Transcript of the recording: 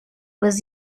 was